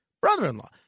brother-in-law